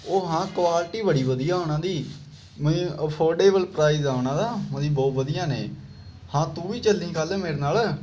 ਉਹ ਹਾਂ ਕੁਆਲਿਟੀ ਬੜੀ ਵਧੀਆ ਉਹਨਾਂ ਦੀ ਮੀ ਅਫੋਰਡੇਬਲ ਪ੍ਰਾਈਜ਼ ਆ ਉਹਨਾਂ ਦਾ ਉਹਦੀ ਬਹੁਤ ਵਧੀਆ ਨੇ ਹਾਂ ਤੂੰ ਵੀ ਚੱਲੀ ਕੱਲ੍ਹ ਮੇਰੇ ਨਾਲ